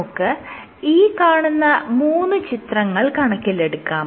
നമുക്ക് ഈ കാണുന്ന മൂന്ന് ചിത്രങ്ങൾ കണക്കിലെടുക്കാം